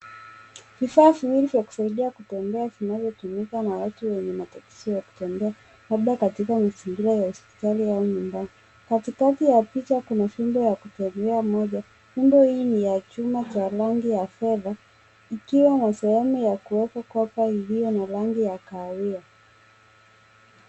Vifaa viwili vya kusaidia kutembea, vinavyotumika na watu wenye matatizo ya kutembea, labda katika mazingira ya hospitali au nyumbani. Katikati ya picha kuna fimbo ya kutembea moja. Fimbo hii ni ya chuma cha rangi ya fedha, ikiwa na sehemu ya kuwekwa kopa iliyo na rangi ya kahawia.